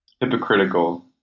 hypocritical